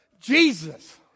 Jesus